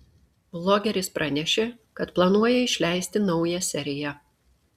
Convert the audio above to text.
vlogeris pranešė kad planuoja išleisti naują seriją